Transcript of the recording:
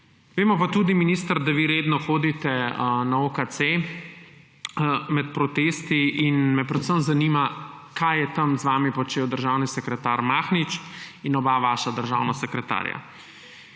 Vemo pa tudi, minister, da vi redno hodite na OKC med protesti. Predvsem me zanima: Kaj so na OKC z vami počeli državni sekretar Mahnič in oba vaša državna sekretarja?